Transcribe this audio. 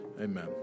Amen